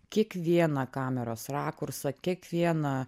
kiekvieną kameros rakursą kiekvieną